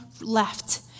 left